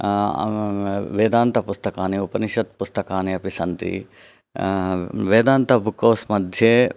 वेदान्तपुस्तकानि उपनिषत् पुस्तकानि अपि सन्ति वेदान्त बुक् हौस् मध्ये